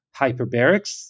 hyperbarics